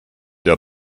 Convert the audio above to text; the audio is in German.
der